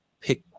pick